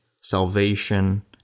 salvation